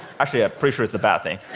actually, i'm pretty sure it's a bad thing.